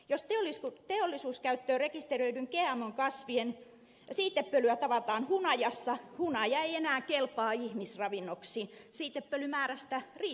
jos teollisuuskäyttöön rekisteröityjen gmo kasvien siitepölyä tavataan hunajasta hunaja ei enää kelpaa ihmisravinnoksi siitepölyn määrästä riippumatta